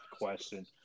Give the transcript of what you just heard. question